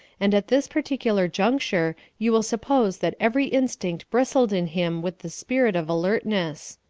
and at this particular juncture you will suppose that every instinct bristled in him with the spirit of alertness.